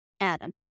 Adam